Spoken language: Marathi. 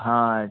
हा